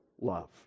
love